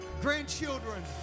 grandchildren